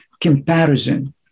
comparison